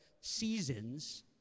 seasons